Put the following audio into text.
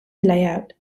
layout